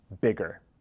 bigger